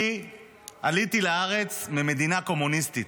אני עליתי לארץ ממדינה קומוניסטית,